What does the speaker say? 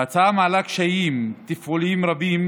ההצעה מעלה קשיים תפעוליים רבים